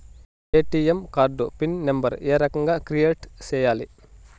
ATM card PIN number ఏ రకంగా create సేయాలి